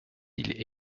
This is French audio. ils